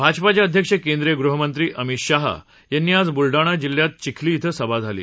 भाजपाचे अध्यक्ष केंद्रीय गृहमंत्री अमित शाह यांची आज बुलडाणा जिल्ह्यात चिखली धें सभा झाली